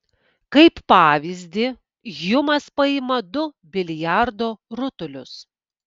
kaip pavyzdį hjumas paima du biliardo rutulius